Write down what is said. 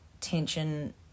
tension